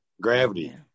gravity